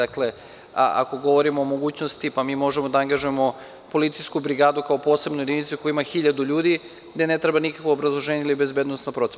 Ako govorimo o mogućnosti, pa mi možemo da angažujemo policijsku brigadu kao posebnu jedinicu, koja ima hiljadu ljudi, gde ne treba nikakvo obrazloženje ili bezbednosna procena.